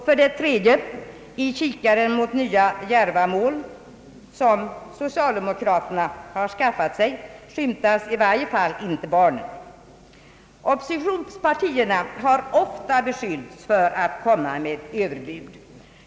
För det tredje; i kikaren mot nya djärva mål som socialdemokraterna har skaffat sig finns i varje fall inte barnen. Oppositionspartierna har ofta beskyllts för att komma med överbud.